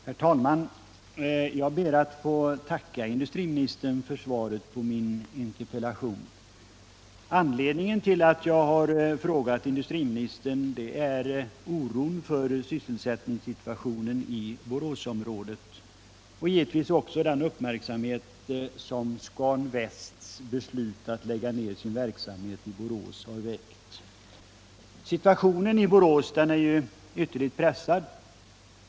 Herr talman! Jag ber att få tacka industriministern för svaret på min interpellation. Anledningen till den är oron för sysselsättningssituationen i Boråsområdet och givetvis också den uppmärksamhet som Scan Västs beslut att lägga ner sin verksamhet i Borås har väckt. Situationen i Borås är ytterligt pressad.